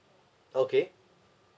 okay